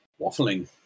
waffling